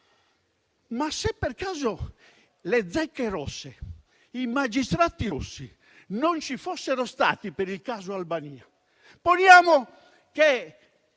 se per caso le zecche rosse, i magistrati rossi non ci fossero stati per il caso Albania, poniamo che